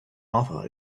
off